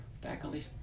faculty